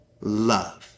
love